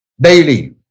daily